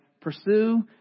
pursue